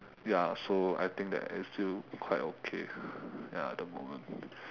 ya so I think that is still quite okay ya at the moment